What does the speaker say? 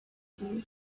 view